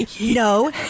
No